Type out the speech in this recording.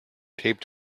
taped